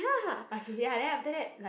okay ya then after that like